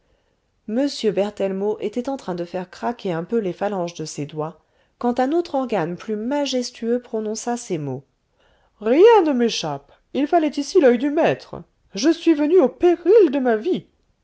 m berthellemot était en train de faire craquer un peu les phalanges de ses doigts quand un autre organe plus majestueux prononça ces mots rien ne m'échappe il fallait ici l'oeil du maître je suis venu au péril de ma vie